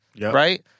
Right